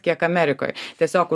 kiek amerikoj tiesiog